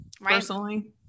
personally